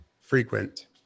frequent